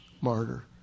martyr